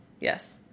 Yes